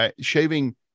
shaving